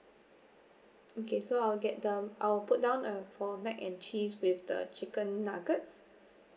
okay so it's all get down I'll put down uh for mac and cheese with the chicken nuggets